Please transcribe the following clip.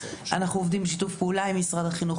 אנחנו עובדים בשיתוף פעולה עם משרד החינוך